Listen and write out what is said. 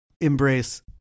embrace